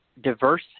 diverse